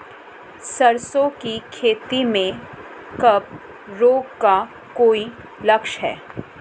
सरसों की खेती में कवक रोग का कोई लक्षण है?